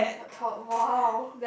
t~ tall !wow!